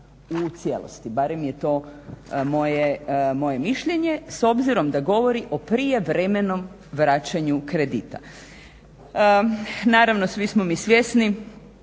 u cijelosti, barem je to moje mišljenje. S obzirom da govori o prijevremenom vraćanju kredita. Naravno, svi smo mi svjesni